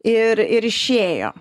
ir ir išėjo